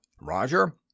Roger